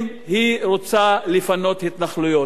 אם היא רוצה לפנות התנחלויות?